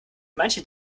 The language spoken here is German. manche